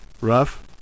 Rough